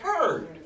heard